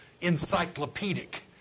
encyclopedic